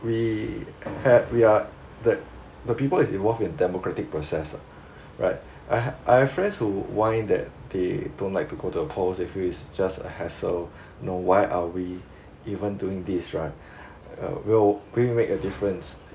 we had we are that the people is involve in democratic process lah right I have I have friends who whine that they don't like to go to the poll actually as if it's just a hassle know why are we even doing this right uh well we make a difference